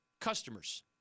customers